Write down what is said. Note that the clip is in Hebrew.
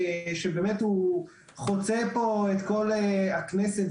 שחוצה את כל הכנסת,